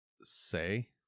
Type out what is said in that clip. say